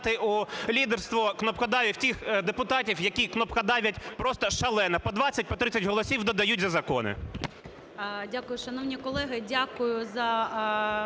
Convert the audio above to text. Дякую, шановні колеги!